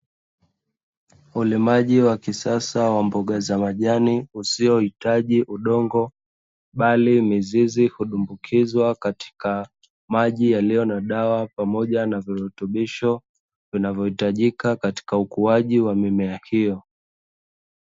Ulimaji wa kisasa wa mboga za majani usiohitaji udongo, bali mizizi hudumbukizwa katika maji yaliyo na dawa pamoja na virutubisho, vinavohitajika katika ukuaj wa mimea hiyo.